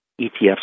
ETFs